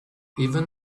even